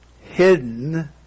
hidden